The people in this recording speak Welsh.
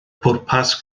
pwrpas